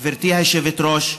גברתי היושבת-ראש,